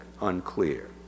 unclear